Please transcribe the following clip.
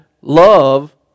love